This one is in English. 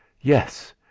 Yes